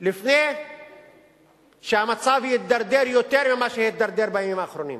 לפני שהמצב יתדרדר יותר ממה שהתדרדר בימים האחרונים.